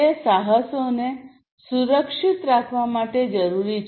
તે સાહસોને સુરક્ષિત રાખવા માટે જરૂરી છે